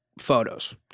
photos